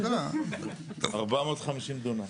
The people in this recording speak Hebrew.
450 דונם.